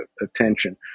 attention